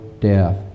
death